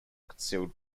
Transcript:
concealed